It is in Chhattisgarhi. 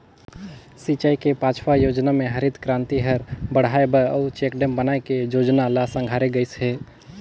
सिंचई के पाँचवा योजना मे हरित करांति हर बड़हाए बर अउ चेकडेम बनाए के जोजना ल संघारे गइस हे